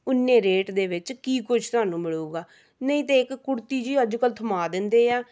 ਉਨੇ ਰੇਟ ਦੇ ਵਿੱਚ ਕੀ ਕੁ੍ਝ ਤੁਹਾਨੂੰ ਮਿਲੂਗਾ ਨਹੀਂ ਤਾਂ ਇੱਕ ਕੁੜਤੀ ਜਿਹੀ ਅੱਜ ਕੱਲ੍ਹ ਥਮਾ ਦਿੰਦੇ ਆ